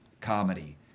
comedy